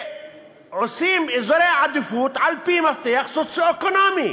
עושים אזורי עדיפות על-פי מפתח סוציו-אקונומי.